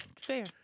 Fair